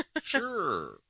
sure